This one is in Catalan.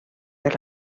per